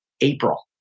April